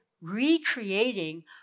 recreating